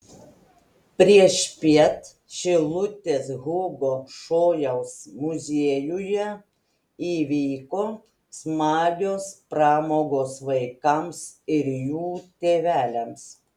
priešpiet šilutės hugo šojaus muziejuje įvyko smagios pramogos vaikams ir jų tėveliams